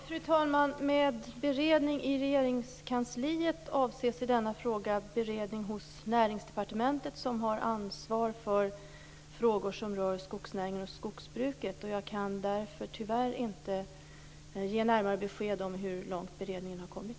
Fru talman! Med beredning i Regeringskansliet avses i denna fråga beredning hos Näringsdepartementet, som har ansvar för frågor som rör skogsnäringen och skogsbruket. Jag kan därför tyvärr inte ge närmare besked om hur långt beredningen har kommit.